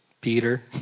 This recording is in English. Peter